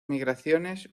migraciones